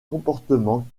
comportement